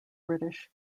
british